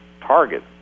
target